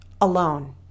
alone